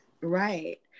Right